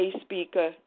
speaker